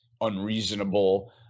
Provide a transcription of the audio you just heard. unreasonable